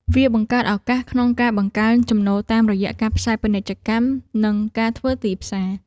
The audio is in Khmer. វាបង្កើតឱកាសក្នុងការបង្កើនចំណូលតាមរយៈការផ្សាយពាណិជ្ជកម្ម និងការធ្វើទីផ្សារ។